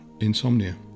insomnia